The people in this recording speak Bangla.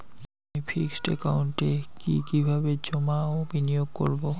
আমি ফিক্সড একাউন্টে কি কিভাবে জমা ও বিনিয়োগ করব?